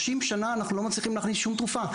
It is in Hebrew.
30 שנה אנחנו לא מצליחים להכניס שום תרופה.